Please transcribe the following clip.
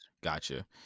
Gotcha